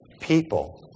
people